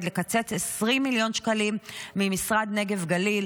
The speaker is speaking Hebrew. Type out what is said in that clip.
לקצץ 20 מיליון שקלים ממשרד הנגב והגליל,